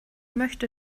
möchte